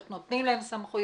איך נותנים להם סמכויות.